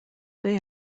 they